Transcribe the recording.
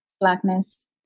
Blackness